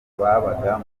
babaga